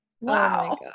wow